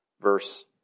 verse